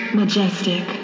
majestic